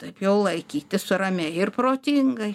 taip jau laikytis ramiai ir protingai